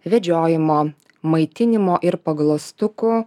vedžiojimo maitinimo ir pagulastukų